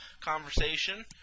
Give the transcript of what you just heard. conversation